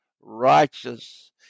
righteous